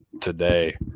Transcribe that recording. today